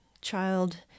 child